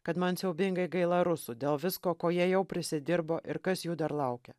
kad man siaubingai gaila rusų dėl visko ko jie jau prisidirbo ir kas jų dar laukia